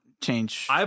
change